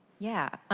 yeah,